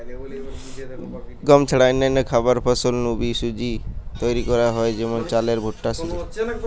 গম ছাড়া অন্যান্য খাবার ফসল নু বি সুজি তৈরি করা হয় যেমন চালের ভুট্টার সুজি